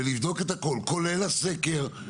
אתה נכנס לבית,